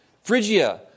Phrygia